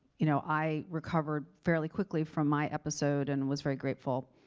you know, i recovered fairly quickly from my episode and was very grateful,